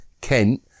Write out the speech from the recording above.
Kent